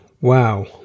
Wow